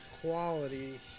quality